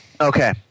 Okay